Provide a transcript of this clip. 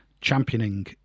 championing